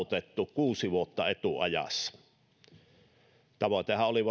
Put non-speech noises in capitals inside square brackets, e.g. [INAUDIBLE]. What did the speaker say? saavutettu kuusi vuotta etuajassa tavoitehan oli [UNINTELLIGIBLE]